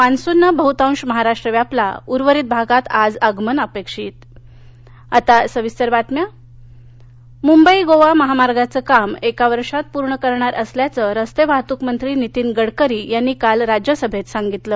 मान्सूननं बहतांश महाराष्ट्र व्यापला उर्वरित भागात आज आगमन अपेक्षित लोकसभा राज्यसभा मुंबई गोवा महामार्गाचं काम एक वर्षात पूर्ण करणार असल्याचं रस्ते वाहतूक मंत्री नितीन गडकरी यांनी काल राज्यसभेत सांगितलं